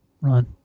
Run